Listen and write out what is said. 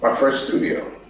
ah first studio